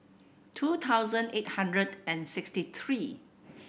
two thousand eight hundred and sixty three